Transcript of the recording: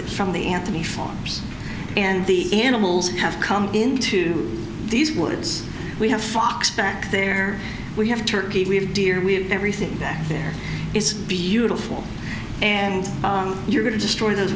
that from the anthony farms and the animals have come into these woods we have fox back there we have turkey we have deer we have everything back there is beautiful and you're going to destroy th